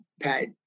Pat